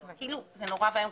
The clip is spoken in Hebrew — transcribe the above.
זה נורא ואיום,